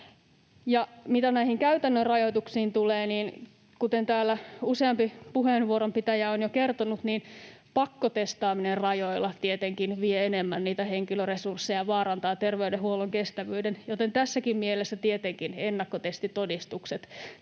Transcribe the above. mitä näihin käytännön rajoituksiin tulee, niin kuten täällä useampi puheenvuoron pitäjä on jo kertonut, pakkotestaaminen rajoilla tietenkin vie enemmän niitä henkilöresursseja ja vaarantaa terveydenhuollon kestävyyden, joten tässäkin mielessä tietenkin ennakkotestitodistukset